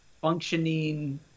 functioning